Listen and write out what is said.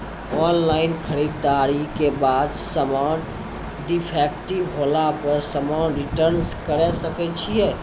Online खरीददारी के बाद समान डिफेक्टिव होला पर समान रिटर्न्स करे सकय छियै?